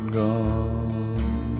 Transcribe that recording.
gone